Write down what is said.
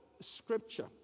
scripture